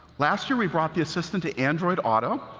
last year, we brought the assistant to android auto.